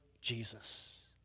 Jesus